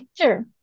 Sure